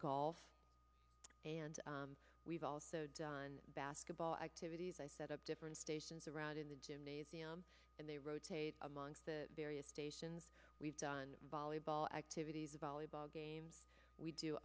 golf and we've also done basketball activities i set up different stations around in the gymnasium and they rotate amongst the various stations we've done volleyball activities a volleyball game we